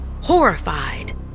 horrified